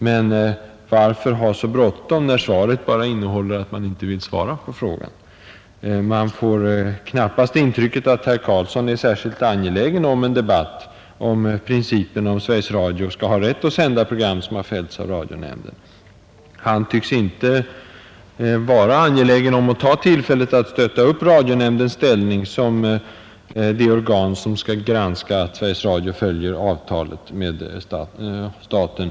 Men varför ha så bråttom när svaret bara innehåller att man inte vill svara på frågan? Vi får knappast intrycket att utbildningsminister Carlsson är särskilt angelägen att föra en debatt om principerna huruvida Sveriges Radio skall ha rätt att sända program som har fällts av radionämnden. Han tycks inte heller vara angelägen att ta tillfället att stötta upp radionämndens ställning som det organ, som skall granska att Sveriges Radio följer avtalet med staten.